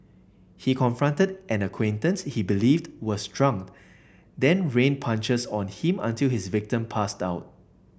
he confronted an acquaintance he believed was drunk then rained punches on him until his victim passed out